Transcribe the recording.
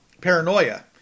paranoia